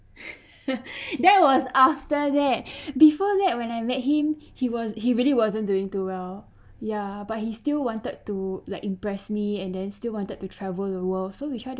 that was after that before that when I met him he was he really wasn't doing too well ya but he still wanted to like impress me and then still wanted to travel the world so we try to